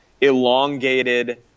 elongated